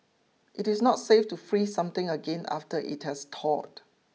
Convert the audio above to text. it is not safe to freeze something again after it has thawed